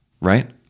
right